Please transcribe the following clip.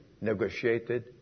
Negotiated